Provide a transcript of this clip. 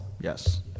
Yes